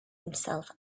himself